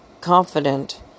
confident